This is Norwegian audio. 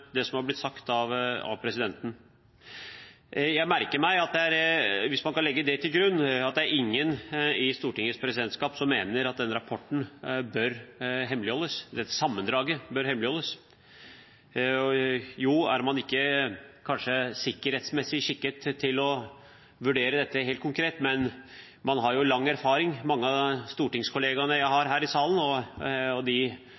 det som har blitt sagt av presidenten. Jeg merker meg – hvis man kan legge det til grunn – at det er ingen i Stortingets presidentskap som mener at sammendraget av rapporten bør hemmeligholdes. Man er kanskje ikke sikkerhetsmessig skikket til å vurdere dette helt konkret, men man har jo lang erfaring. Jeg har ikke møtt noen på Stortinget som har lest dette sammendraget og sagt at de